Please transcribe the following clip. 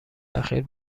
اخیر